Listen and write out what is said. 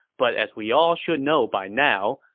but as we all should know by now,